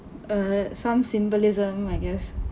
err some symbolism I guess